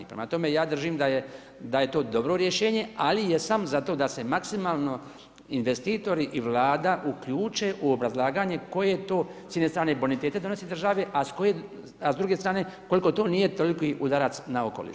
Prema tome, ja držim da je to dobro rješenje ali jesam za to da se maksimalno investitori i Vlada uključe u obrazlaganje koje to s jedne strane bonitete donosi državi, a s druge strane koliko to nije toliki udarac na okoliš.